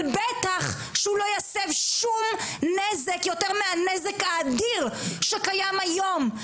אבל בטח שהוא לא יסב שום נזק יותר מהנזק האדיר שקיים היום,